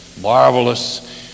marvelous